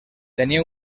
tenia